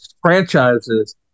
franchises